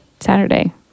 Saturday